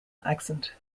accent